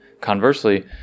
Conversely